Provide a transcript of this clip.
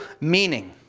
meaning